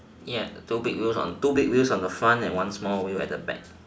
ya two big wheels on two big wheels on the front and one small wheel at the back